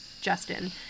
Justin